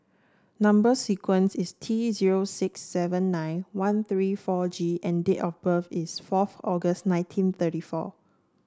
number sequence is T zero six seven nine one three four G and date of birth is fourth August nineteen thirty four